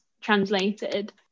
translated